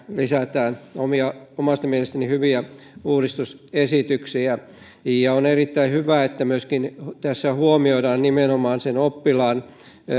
lisätään omasta mielestäni hyviä uudistus esityksiä ja on erittäin hyvä että tässä huomioidaan myöskin nimenomaan oppilaan